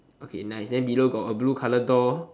okay nice then below got a blue colour door